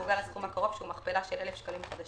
מעוגל לסכום הקרוב שהוא מכפלה של אלף שקלים חדשים."."